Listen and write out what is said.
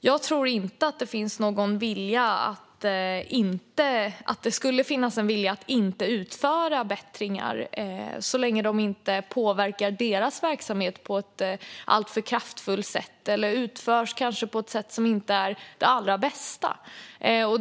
Jag tror inte att det skulle finnas någon vilja att inte utföra förbättringar så länge de inte påverkar deras verksamhet på ett alltför kraftfullt sätt eller inte utförs på allra bästa sätt.